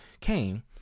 came